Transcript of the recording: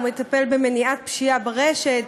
הוא מטפל במניעת פשיעה ברשת,